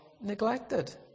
neglected